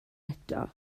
eto